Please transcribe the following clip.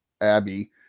abby